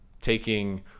taking